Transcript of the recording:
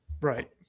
Right